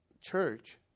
church